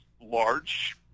large